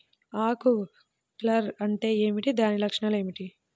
ఆకు కర్ల్ అంటే ఏమిటి? దాని లక్షణాలు ఏమిటి?